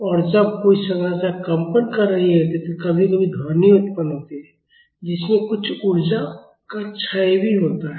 और जब कोई संरचना कंपन कर रही होती है तो कभी कभी ध्वनि उत्पन्न होती है जिससे कुछ ऊर्जा का क्षय भी होता है